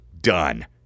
done